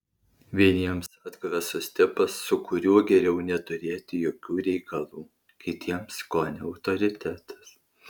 vieniems atgrasus tipas su kuriuo geriau neturėti jokių reikalų kitiems kone autoritetas